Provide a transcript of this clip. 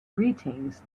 greetings